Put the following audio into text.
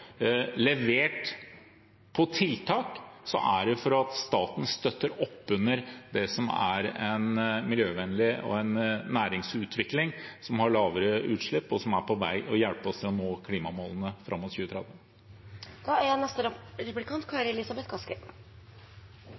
levert på tiltak, er det for at staten støtter opp under en miljøvennlig næringsutvikling, som har lavere utslipp, og som hjelper oss på veien mot å nå klimamålene fram mot 2030. Som jeg var inne på i innlegget mitt, er